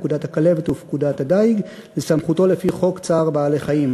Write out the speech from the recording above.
פקודת הכלבת ופקודת הדיג לסמכותו לפי חוק צער בעלי-חיים,